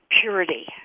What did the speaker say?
purity